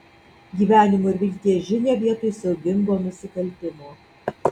gyvenimo ir vilties žinią vietoj siaubingo nusikaltimo